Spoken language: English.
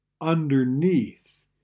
underneath